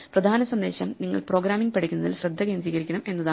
പ്രധാന സന്ദേശം നിങ്ങൾ പ്രോഗ്രാമിംഗ് പഠിക്കുന്നതിൽ ശ്രദ്ധ കേന്ദ്രീകരിക്കണം എന്നതാണ്